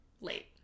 late